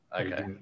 Okay